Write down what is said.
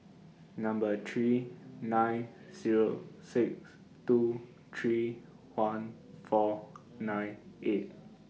Number three nine Zero six two three one four nine eight